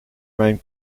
mijn